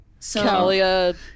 Kalia